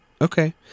Okay